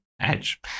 edge